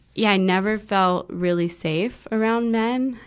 yeah, i never felt really safe around men.